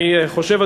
אני חושב,